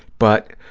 but